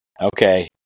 Okay